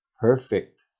perfect